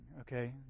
Okay